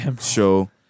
show